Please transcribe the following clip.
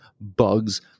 bugs